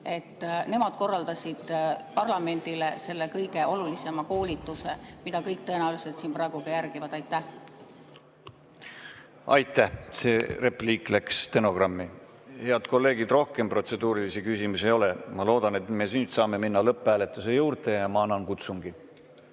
Nemad korraldasid parlamendile selle kõige olulisema koolituse, mida kõik tõenäoliselt siin praegu järgivad. Aitäh! See repliik läks stenogrammi. Head kolleegid, rohkem protseduurilisi küsimusi ei ole. Ma loodan, et me nüüd saame minna lõpphääletuse juurde. Ma annan kutsungi. Austatud